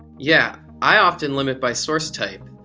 yeah i often limit by source type.